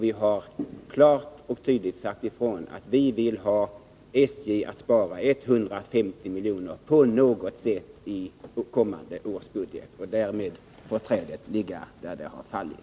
Vi har klart och tydligt sagt ifrån att vi vill ha SJ att spara 150 milj.kr. på något sätt på kommande års budget. Därmed får trädet ligga där det har fallit.